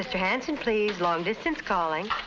henson please, long distance calling.